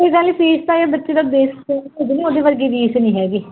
ਕੋਈ ਗੱਲ ਨਹੀਂ ਫੀਸ ਤਾਂ ਬੱਚੇ ਦਾ ਬੇਸ ਹੋ ਜਾਵੇ ਉਹਦੇ ਵਰਗੀ ਰੀਸ ਨਹੀਂ ਹੈਗੀ